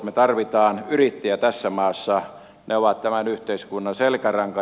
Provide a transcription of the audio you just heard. me tarvitsemme yrittäjiä tässä maassa he ovat tämän yhteiskunnan selkäranka